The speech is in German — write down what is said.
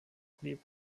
blieb